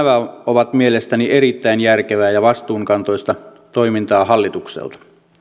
ovat mielestäni erittäin järkevää ja vastuunkantoista toimintaa hallitukselta